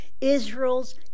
Israel's